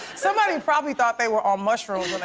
somebody probably thought they were on mushrooms.